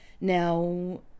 Now